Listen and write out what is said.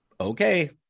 Okay